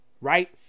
right